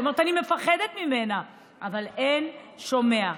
היא אומרת: אני מפחדת ממנה, אבל אין שומע.